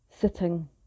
sitting